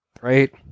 Right